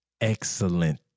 Excellent